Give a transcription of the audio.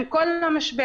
עם כל המשבר,